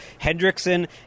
Hendrickson